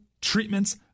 treatments